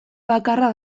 bakarra